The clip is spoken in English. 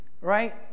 right